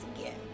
again